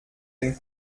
den